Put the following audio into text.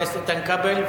חבר הכנסת איתן כבל,